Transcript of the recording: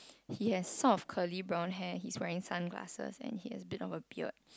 he has sort of curly brown hair he's wearing sunglasses and he has a bit of a beard